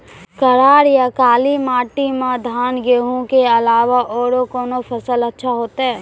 करार या काली माटी म धान, गेहूँ के अलावा औरो कोन फसल अचछा होतै?